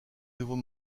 nouveau